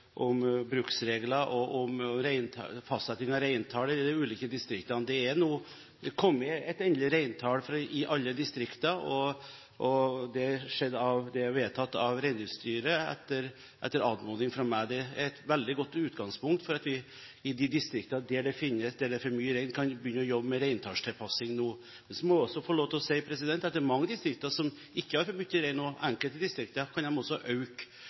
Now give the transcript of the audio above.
om bruksregler og fastsetting av reintall i de ulike distriktene. Det er nå kommet et endelig reintall i alle distrikter, og det er vedtatt av Reindriftsstyret etter anmodning fra meg. Det er et veldig godt utgangspunkt for at vi i de distrikter der det er for mye rein, nå kan begynne å jobbe med reintallstilpassing. Men så må jeg også få lov til å si at det er mange distrikter som ikke har for mye rein, og i enkelte distrikter kan de også